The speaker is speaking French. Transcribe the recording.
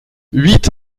huit